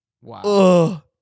Wow